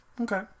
Okay